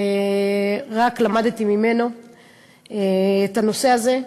רק למדתי ממנו את הנושא הזה.